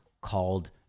called